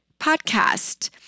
podcast